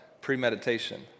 Premeditation